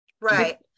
Right